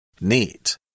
Neat